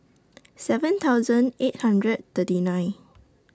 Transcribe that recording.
seven thousand eight hundred thirty nine